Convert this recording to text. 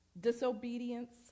Disobedience